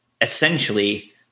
essentially